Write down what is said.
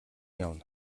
явна